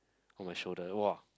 on my shoulder !wah!